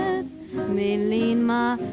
me lean my,